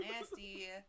Nasty